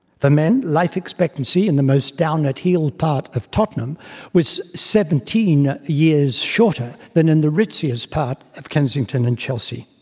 men, life expectancy in the most down at heel part of tottenham was seventeen years shorter than in the ritziest part of kensington and chelsea.